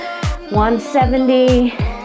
170